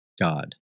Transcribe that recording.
God